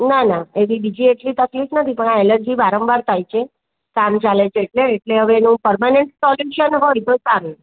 ના ના એવી બીજી એટલી તકલીફ નથી પણ આ એલર્જી વારંવાર થાય છે કામ ચાલે છે એટલે એટલે હવે એનું પરમેનન્ટ સોલ્યુસન હોય તો સારું